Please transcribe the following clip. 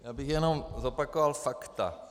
Já bych jenom zopakoval fakta.